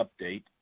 update